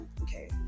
okay